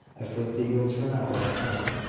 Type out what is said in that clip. i fancy he will turn out like frank.